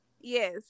Yes